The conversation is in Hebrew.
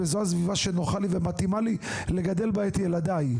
וזו הסביבה שנוחה לי ומתאימה לי לגדל בה את ילדיי.